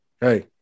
hey